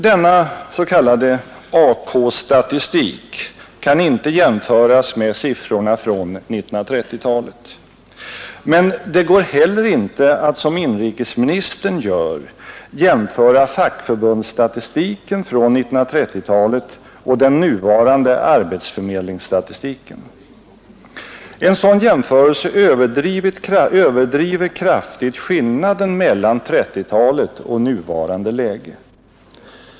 Denna s.k. AK-tatistik kan inte jämföras med siffrorna från 1930-talet. Men det går heller inte att som inrikesministern gör jämföra fackförbundsstatistiken från 1930-talet och den nuvarande arbetsförmedlingsstatistiken. En sådan jämförelse överdriver kraftigt skillnaden mellan trettiotalet och nuvarande läge.